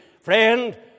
Friend